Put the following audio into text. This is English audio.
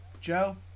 Joe